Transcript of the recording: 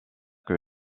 que